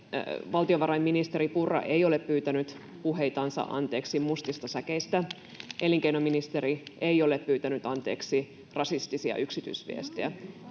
Valtiovarainministeri Purra ei ole pyytänyt anteeksi puheitansa mustista säkeistä, elinkeinoministeri ei ole pyytänyt anteeksi rasistisia yksityisviestejä.